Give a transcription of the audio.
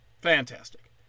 Fantastic